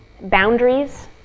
boundaries